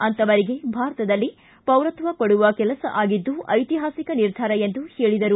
ಅಂತವರಿಗೆ ಭಾರತದಲ್ಲಿ ಪೌರತ್ವ ಕೊಡುವ ಕೆಲಸ ಆಗಿದ್ದು ಐತಿಹಾಸಿಕ ನಿರ್ಧಾರ ಎಂದು ಹೇಳಿದರು